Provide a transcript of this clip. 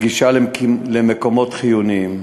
גישה למקומות חיוניים.